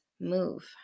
move